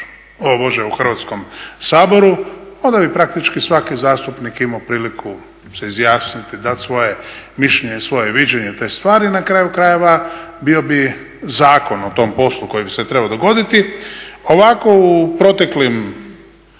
zakonom u Hrvatskom saboru. Onda bi praktički svaki zastupnik imao priliku se izjasniti, dat svoje mišljenje, svoje viđenje te stvari i na kraju krajeva bio bi zakon o tom … koji bi se trebao dogoditi. Ovako u proteklim